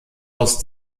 aus